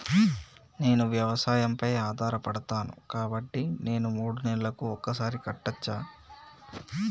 నేను వ్యవసాయం పై ఆధారపడతాను కాబట్టి నేను మూడు నెలలకు ఒక్కసారి కట్టచ్చా?